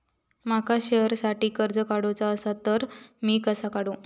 माका शेअरसाठी कर्ज काढूचा असा ता मी कसा काढू?